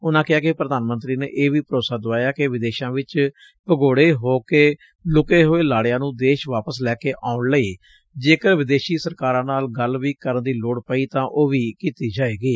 ਉਨਾਂ ਕਿਹਾ ਕਿ ਪ੍ਰਧਾਨ ਮੰਤਰੀ ਨੇ ਇਹ ਵੀ ਭਰੋਸਾ ਦਵਾਇਆ ਕਿ ਵਿਦੇਸ਼ਾਂ ਵਿੱਚ ਭਗੋੜੇ ਹੋ ਕੇ ਲੁਕੇ ਹੋਏ ਲਾੜਿਆਂ ਨੂੰ ਦੇਸ਼ ਵਾਪਸ ਲੈ ਕੇ ਆਉਣ ਲਈ ਜੇਕਰ ਵਿਦੇਸ਼ੀ ਸਰਕਾਰਾਂ ਨਾਲ ਗੱਲ ਵੀ ਕਰਨ ਦੀ ਲੋੜ ਪਈ ਤਾਂ ਉਹ ਵੀ ਕੀਤੀ ਜਾਵੇਗੀ